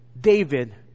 David